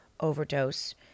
overdose